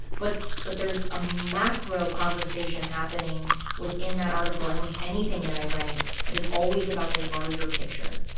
but but there's a macro conversation happening within that article and with anything that i write that is always about the larger picture.